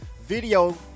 video